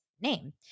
name